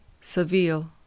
Seville